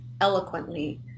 eloquently